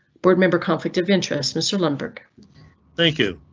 board member conflict of interest. mr lumbergh thank you.